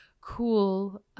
cool